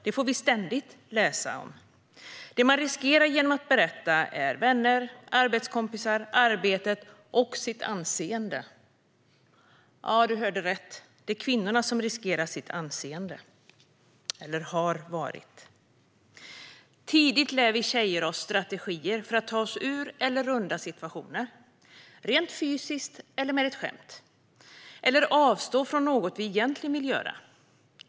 Det får vi ständigt läsa om. Det de riskerar genom att berätta är vänner, arbetskompisar, arbetet och sitt anseende. Ja, du hörde rätt, det är kvinnorna som riskerar sitt anseende, eller det har varit så. Tidigt lär vi tjejer oss strategier för att ta oss ur eller runda situationer, rent fysiskt eller med ett skämt. Eller att avstå från något vi egentligen vill göra.